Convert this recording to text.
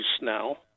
now